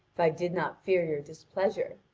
if i did not fear your displeasure.